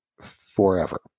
forever